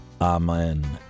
amen